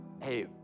Hey